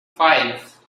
five